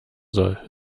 soll